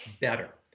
better